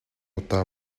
удаа